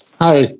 Hi